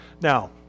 Now